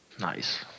Nice